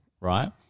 right